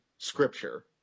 scripture